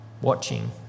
watching